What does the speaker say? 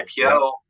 IPO